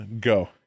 Go